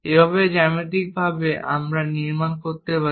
এইভাবে জ্যামিতিকভাবে আমরা নির্মাণ করতে পারি